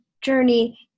journey